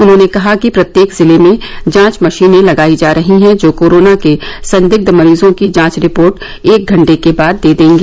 उन्होंने कहा कि प्रत्येक जिले में जांच मशीने लगाई जा रही हैं जो कोरोना के संदिग्ध मरीजों की जांच रिपोर्ट एक घंटे के बाद दे देंगी